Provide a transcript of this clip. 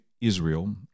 Israel